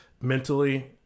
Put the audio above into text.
mentally